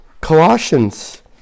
Colossians